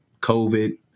COVID